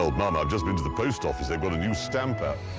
well, mom, i've just been to the post office. i've got a new stamper.